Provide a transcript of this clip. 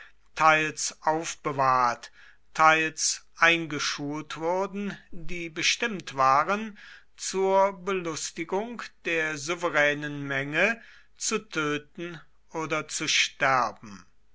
teils aufbewahrt teils eingeschult wurden die bestimmt waren zur belustigung der souveränen menge zu töten oder zu sterben